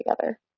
together